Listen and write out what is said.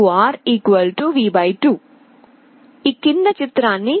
2R 2R 2R V 2